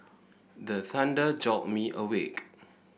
the thunder jolt me awake